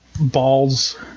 balls